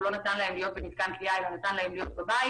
לא נתן להם להיות במתקן כליאה אלא נתן להם להיות בבית.